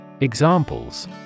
Examples